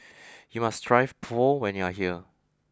you must try Pho when you are here